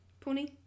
pony